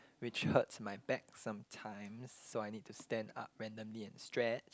which hurts my back sometimes so I need to stand up randomly and stretch